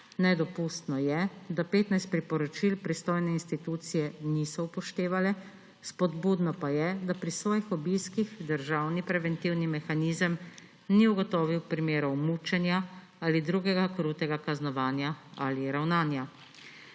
Nedopustno je, da 15 priporočil pristojne institucije niso upoštevale, spodbudno pa je, da pri svojih obiskih državni preventivni mehanizem ni ugotovil primerov mučenja ali drugega krutega kaznovanja ali ravnanja.